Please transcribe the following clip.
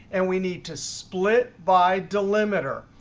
and we need to split by delimiter.